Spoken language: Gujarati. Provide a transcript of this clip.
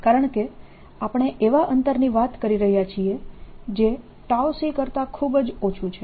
કારણકે આપણે એવા અંતરની વાત કરી રહ્યા છીએ જે c કરતા ખૂબ ઓછા છે